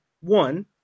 one